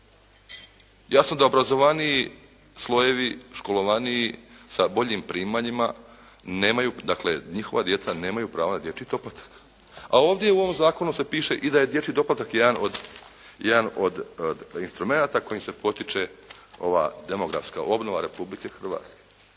Jasno da obrazovaniji slojevi, školovaniji sa bojim primanjima nemaju, dakle njihova djeca nemaju pravo na dječji doplatak, a ovdje u ovom zakonu se piše i da je dječji doplatak jedan od instrumenata kojim se potiče ova demografska obnova Republike Hrvatske.